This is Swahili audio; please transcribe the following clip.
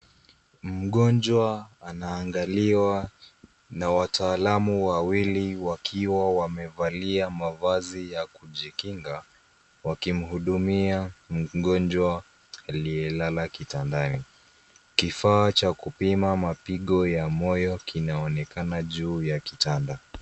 Mgonjwa anaangaliwa na wataalamu wawili wakiwa wamevalia mavazi ya kujikinga, wakimhudumia mgonjwa aliyelala kitandani. Kifaa cha kupima mapigo ya moyo kinaonekana juu ya kitanda.